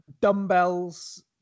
dumbbells